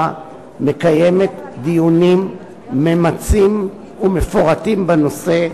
מקיימת דיונים ממצים ומפורטים בנושא,